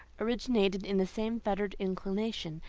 originated in the same fettered inclination,